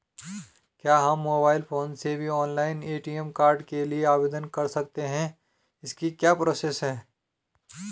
क्या हम mobile phone से भी ऑनलाइन ए.टी.एम कार्ड के लिए आवेदन कर सकते हैं इसकी क्या प्रोसेस है?